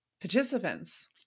participants